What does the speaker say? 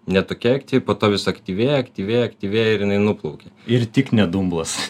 ne tokia aktyvi po to vis aktyvėja aktyvėja aktyvėja ir jinai nuplaukia ir tik ne dumblas